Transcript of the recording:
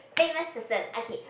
famous person okay